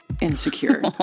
insecure